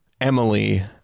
emily